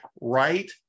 right